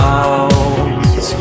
out